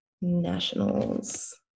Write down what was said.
nationals